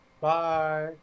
Bye